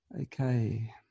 Okay